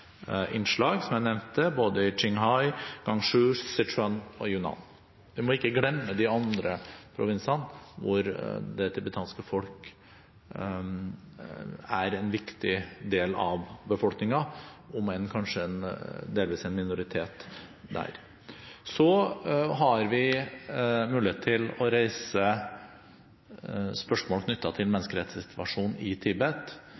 innslag, som jeg nevnte, både i Qinghai, Gansu, Sichuan og Yunnan. Vi må ikke glemme de andre provinsene hvor det tibetanske folk er en viktig del av befolkningen, om enn kanskje delvis en minoritet. Så har vi mulighet til å reise spørsmål knyttet til menneskerettighetssituasjonen i Tibet